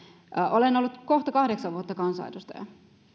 olen ollut kohta kahdeksan vuotta kansanedustajana